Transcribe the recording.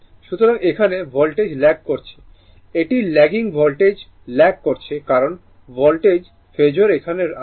সুতরাং এখানে voltage lag করছে এটি ল্যাগিং ভোল্টেজ ল্যাগ করছে কারণ ভোল্টেজ ফেজোর এখানে আসছে